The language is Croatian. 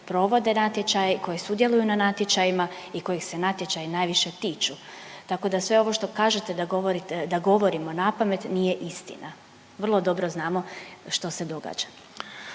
provode natječaj, koji sudjeluju na natječajima i kojih se natječaji najviše tiču. Tako da sve ovo što kažete da govorite, da govorimo napamet nije istina. Vrlo dobro znamo što se događa.